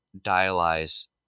dialyze